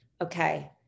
okay